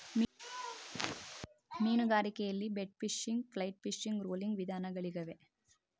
ಮೀನುಗಾರಿಕೆಯಲ್ಲಿ bait fishing, flight fishing, rolling ವಿಧಾನಗಳಿಗವೆ